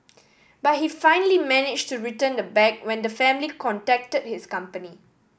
but he finally managed to return the bag when the family contacted his company